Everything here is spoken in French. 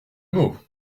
mots